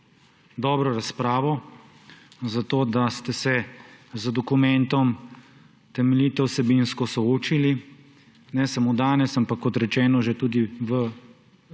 dobro razpravo, za to, da ste se z dokumentom temeljito vsebinsko soočili, ne samo danes, ampak kot rečeno tudi